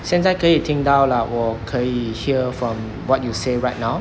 现在可以听到了我可以 hear from what you say right now